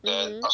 mmhmm